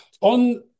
on